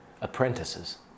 apprentices